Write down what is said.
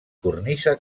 cornisa